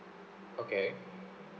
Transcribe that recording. okay